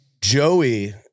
Joey